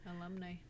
Alumni